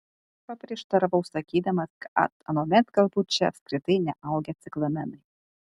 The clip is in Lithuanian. paprieštaravau sakydamas kad anuomet galbūt čia apskritai neaugę ciklamenai